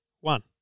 one